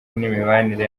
n’imibanire